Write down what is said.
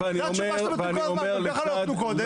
זאת התשובה שאתם נותנים כל הזמן 'גם ככה לא נתנו קודם,